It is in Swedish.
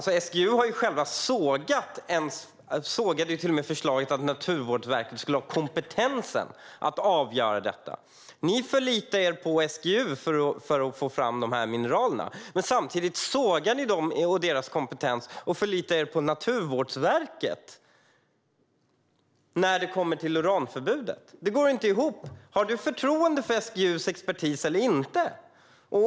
SGU själv sågade ju till och med förslaget att Naturvårdsverket skulle ha kompetensen att avgöra detta. Ni förlitar er på SGU för att få fram dessa mineraler. Samtidigt sågar ni deras kompetens och förlitar er på Naturvårdsverket när det kommer till uranförbudet. Det går inte ihop. Har du förtroende för SGU:s expertis eller inte?